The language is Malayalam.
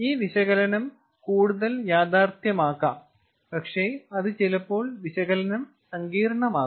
ഈ വിശകലനം കൂടുതൽ യാഥാർത്ഥ്യമാക്കാം പക്ഷേ അത് ചിലപ്പോൾ വിശകലനം സങ്കീർണ്ണമാക്കും